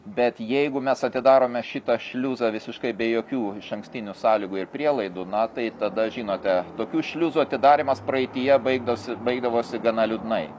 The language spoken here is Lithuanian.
bet jeigu mes atidarome šitą šliuzą visiškai be jokių išankstinių sąlygų ir prielaidų na tai tada žinote tokių šliuzų atidarymas praeityje baigdosi baigdavosi gana liūdnai